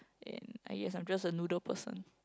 and I guess I'm just a noodle person